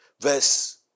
verse